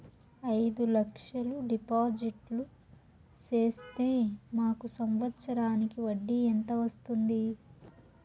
అయిదు లక్షలు డిపాజిట్లు సేస్తే మాకు సంవత్సరానికి వడ్డీ ఎంత వస్తుంది?